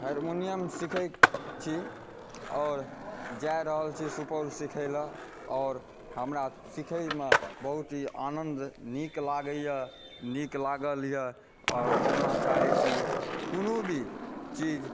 harmonium सिखै छी जा रहल छी सुपौल सिखै ला आओर हमरा सिखैमे बहुत ही आनन्द नीक लागैए नीक लागल यऽ आओर कहुना चाहै छी जे कोनो भी चीज